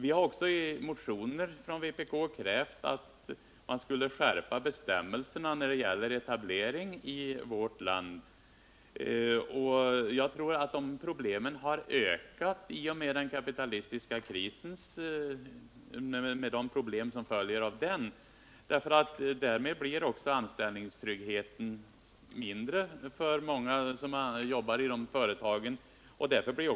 I vpk-motioner har det också krävts att bestämmelserna om etablering i Sverige skulle skärpas. Jag tror att problemen har ökat till följd av den kapitalistiska krisen. Anställningstryggheten har ju på grund av krisen blivit mindre för dem som arbetar i företagen i fråga.